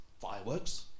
fireworks